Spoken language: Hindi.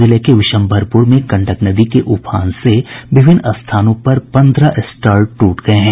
जिले के विश्म्भरपुर में गंडक नदी के उफान से विभिन्न स्थानों पर पन्द्रह स्टर्ड ट्रट गये हैं